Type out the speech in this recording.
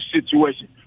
situation